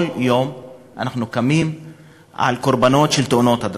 כל יום אנחנו קמים על קורבנות של תאונות הדרכים.